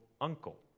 uncle